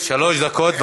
שלוש דקות.